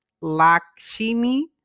Lakshmi